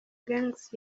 gangz